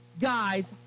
guys